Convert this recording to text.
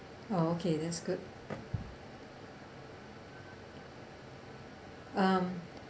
oh okay that's good um